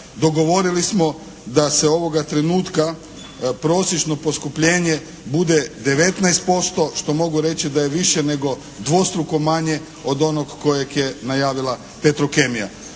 dogovorili smo da se ovoga trenutka prosječno poskupljenje bude 19% što mogu reći da je više nego dvostruko manje od onog kojeg je najavila Petrokemija.